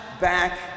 back